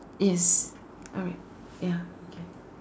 yes alright ya okay